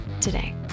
today